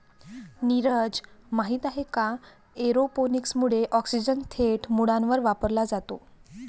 नीरज, माहित आहे का एरोपोनिक्स मुळे ऑक्सिजन थेट मुळांवर वापरला जातो